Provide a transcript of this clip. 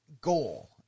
goal